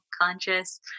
Conscious